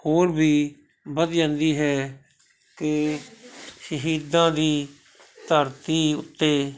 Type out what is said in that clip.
ਹੋਰ ਵੀ ਵੱਧ ਜਾਂਦੀ ਹੈ ਕਿ ਸ਼ਹੀਦਾਂ ਦੀ ਧਰਤੀ ਉੱਤੇ